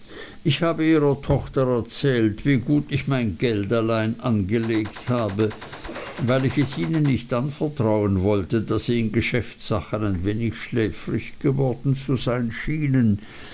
ich habe ihrer tochter erzählt wie gut ich mein geld allein angelegt habe weil ich es ihnen nicht anvertrauen wollte da sie in geschäftssachen ein wenig schläfrig geworden zu sein schienen